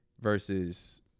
versus